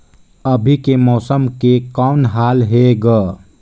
अभी के मौसम के कौन हाल हे ग?